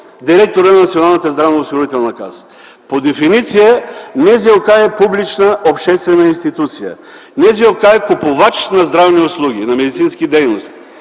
директорът на Националната здравноосигурителна каса. По дефиниция НЗОК е публична обществена институция. НЗОК е купувач на здравни услуги, на медицински дейности